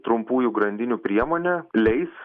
trumpųjų grandinių priemonė leis